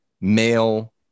male